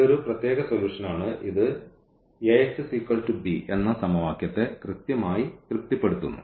ഇത് ഒരു പ്രത്യേക സൊലൂഷൻ ആണ് ഇത് എന്ന സമവാക്യത്തെ കൃത്യമായി തൃപ്തിപ്പെടുത്തുന്നു